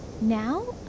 Now